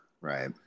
Right